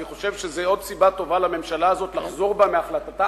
אני חושב שזה עוד סיבה טובה לממשלה הזאת לחזור בה מהחלטתה